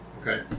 okay